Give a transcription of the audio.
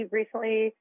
recently